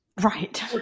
Right